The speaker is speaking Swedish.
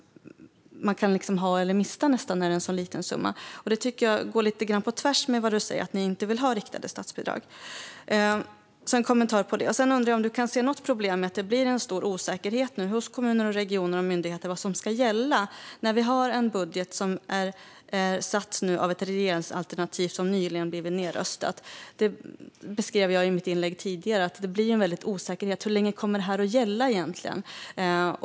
Man kan både ha och mista en så liten summa, nästan. Detta tycker jag går lite på tvärs emot vad du säger - att ni inte vill ha riktade statsbidrag. Det var en kommentar om detta. Sedan undrar jag om du kan se något problem med att det blir en stor osäkerhet hos kommuner, regioner och myndigheter om vad som ska gälla när vi nu har en budget som är satt av ett regeringsalternativ som nyligen blivit nedröstat. Som jag beskrev i mitt tidigare inlägg blir det stor osäkerhet om hur länge den kommer att gälla egentligen.